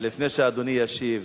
לפני שאדוני ישיב,